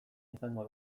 izango